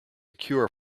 cure